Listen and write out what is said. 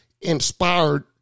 inspired